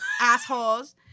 assholes